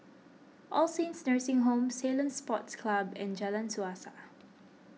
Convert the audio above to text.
All Saints Nursing Home Ceylon Sports Club and Jalan Suasa